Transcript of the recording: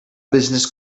business